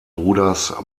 bruders